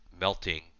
melting